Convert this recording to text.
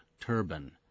turban